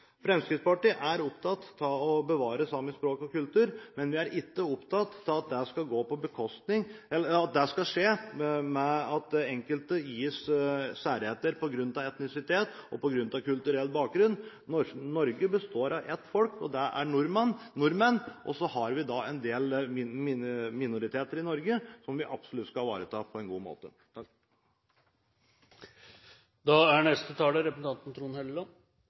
Fremskrittspartiet er opptatt av å bevare samisk språk og kultur, men vi er opptatt av at det ikke skal skje ved at enkelte gis særretter på grunn av etnisitet og på grunn av kulturell bakgrunn. Norge består av ett folk, og det er nordmenn. Så har vi en del minoriteter i Norge som vi absolutt skal ivareta på en god måte.